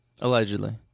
allegedly